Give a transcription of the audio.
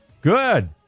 Good